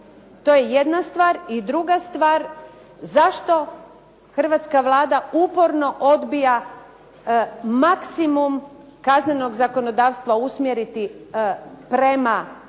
To je jedna stvar. I druga stvar, zašto hrvatska Vlada uporno odbija maksimum kaznenog zakonodavstva usmjeriti prema onima